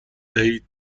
دهید